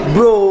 Bro